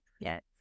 Yes